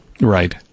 Right